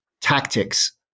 tactics